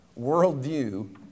worldview